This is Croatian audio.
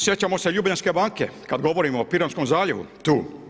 Sjećamo se Ljubljanske banke, kad govorimo o Piranskom zaljevu, tu.